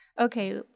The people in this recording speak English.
Okay